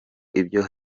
ibyo